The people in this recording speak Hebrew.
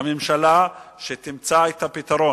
הממשלה שתמצא את הפתרון.